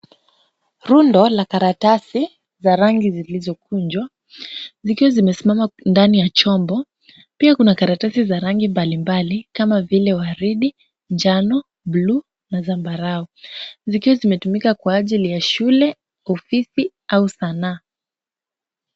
Rundo la karatasi za rangi zilizokunjwa zikiwa zimesimama ndani ya chombo. Pia kuna karatasi za rangi mbalimbali kama vile waridi, njano, buluu na zambarao zikiwa zimetumika kwa ajili ya shule, ofisi au sanaa.